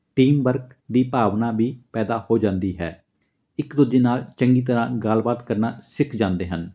team work ਦੀ ਭਾਵਨਾ ਵੀ ਪੈਦਾ ਹੋ ਜਾਂਦੀ ਹੈ ਇੱਕ ਦੂਜੇ ਨਾਲ ਚੰਗੀ ਤਰ੍ਹਾਂ ਗੱਲਬਾਤ ਕਰਨਾ ਸਿੱਖ ਜਾਂਦੇ ਹਨ